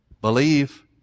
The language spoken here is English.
Believe